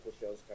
shows